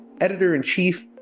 Editor-in-Chief